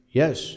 yes